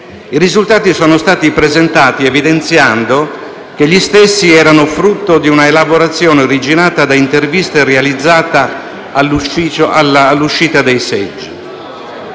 I risultati sono stati presentati evidenziando che gli stessi erano frutto di un'elaborazione originata da interviste realizzate all'uscita dei seggi.